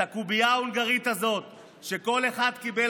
את הקובייה ההונגרית הזאת שכל אחד קיבל